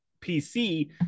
PC